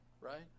right